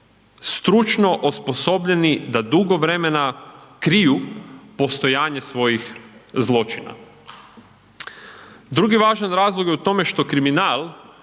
stručno osposobljeni da dugo vremena kriju postojanje svojih zločina. Drugi važan razlog je u tome što kriminal